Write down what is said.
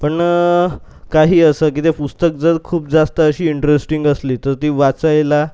पण काही असं की ते पुस्तकं जर खूप जास्त अशी इंटरेस्टिंग असली तर ती वाचायला